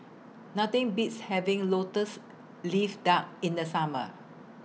Nothing Beats having Lotus Leaf Duck in The Summer